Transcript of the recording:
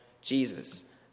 Jesus